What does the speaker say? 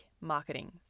marketing